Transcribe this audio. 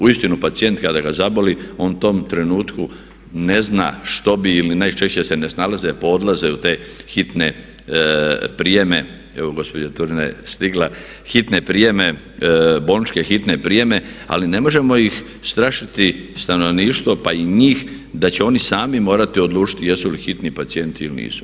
Uistinu pacijent kada ga zaboli onda u tom trenutku ne zna što bi ili najčešće se ne snalaze pa odlaze u te hitne prijeme, evo gospođa Turina je stigla, hitne prijeme, bolničke hitne prijeme ali ne možemo ih strašiti, stanovništvo pa i njih da će oni sami morati odlučiti jesu li hitni pacijenti ili nisu.